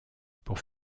pour